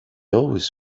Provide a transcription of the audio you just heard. always